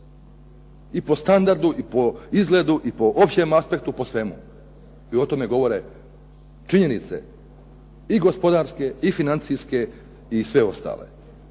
i po standardu, i po izgledu i po općem aspektu i po svemu i o tome govore činjenice i gospodarske i financijske i sve ostale.